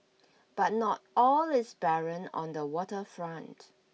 But not all is barren on the water front